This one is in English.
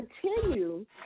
continue